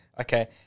Okay